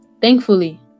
thankfully